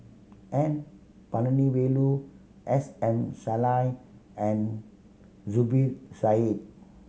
N Palanivelu S M Sali and Zubir Said